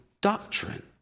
doctrine